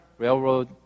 Railroad